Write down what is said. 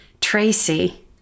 Tracy